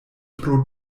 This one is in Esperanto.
pro